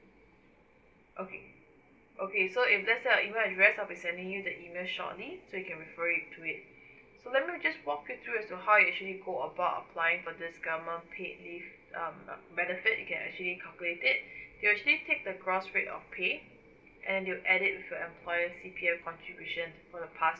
okay okay so if let's say your email address I'll be sending you the email shortly so you can refer it to it so let me just walk you through as to you actually go about applying for this government paid leave um uh benefit you can actually calculate it they'll actually take the gross rate of pay and they'll add it with your employer C_P_F contribution for the past